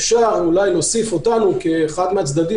אפשר אולי להוסיף אותנו כאחד מהצדדים